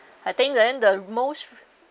I think then the most